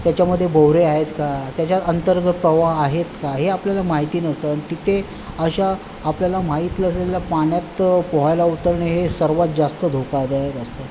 त्याच्यामधे भोवरे आहेत का त्याच्या अंतर्गत प्रवाह आहेत का हे आपल्याला माहिती नसतं आणि तिथे अशा आपल्याला माहिती नसलेल्या पाण्यात पोहायला उतरणे हे सर्वात जास्त धोकादायक असतं